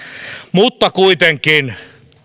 mutta kuitenkin